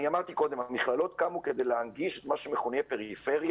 אמרתי קודם שהמכללות קמו כדי להנגיש את מה שמכונה פריפריה,